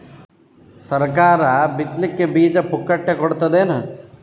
ಸರಕಾರ ಬಿತ್ ಲಿಕ್ಕೆ ಬೀಜ ಪುಕ್ಕಟೆ ಕೊಡತದೇನು?